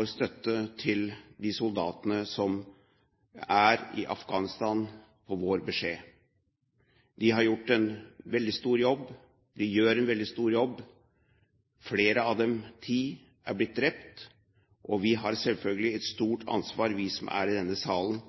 vår støtte til de soldatene som er i Afghanistan på vår beskjed. De har gjort en veldig stor jobb, de gjør en veldig stor jobb, flere av dem – ti – har blitt drept, og vi har selvfølgelig et stort ansvar vi som er i denne salen,